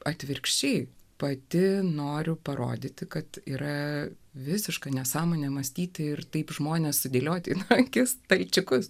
atvirkščiai pati noriu parodyti kad yra visiška nesąmonė mąstyti ir taip žmonės sudėlioti į akis tai čekus